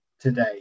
today